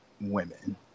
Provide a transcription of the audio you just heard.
women